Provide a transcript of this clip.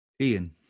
ian